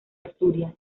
asturias